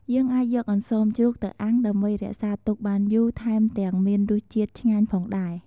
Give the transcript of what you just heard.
យើងអាចយកអន្សមជ្រូកទៅអាំងដើម្បីរក្សាទុកបានយូថែមទាំងមានរសជាតិឆ្ងាញ់ផងដែរ។